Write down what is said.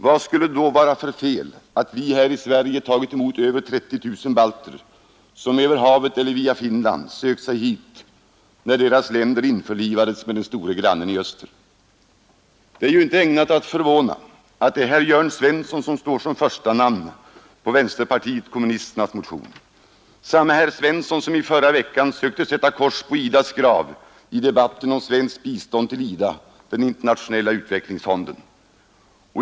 Vad skulle det då vara för fel att vi här i Sverige tagit emot över 30 000 balter, som över havet eller via Finland sökte sig hit, när deras länder införlivades med den store grannen i öster? Det är ju inte ägnat att förvåna att det är herr Jörn Svensson som står som första namn på vpk-motionen, samme herr Svensson som i förra veckan sökte sätta ”kors på IDA s grav” i debatten om svenskt bistånd till IDA — den internationella utvecklingsfonden.